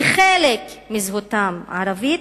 שחלק מזהותן ערבית,